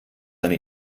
eine